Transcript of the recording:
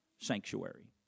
sanctuary